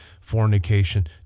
fornication